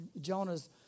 Jonah's